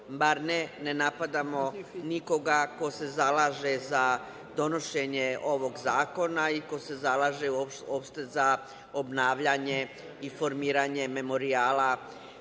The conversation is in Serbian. bar ne napadamo nikoga ko se zalaže za donošenje ovog zakona i ko se zalaže uopšte za obnavljanje i formiranje memorijala